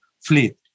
fleet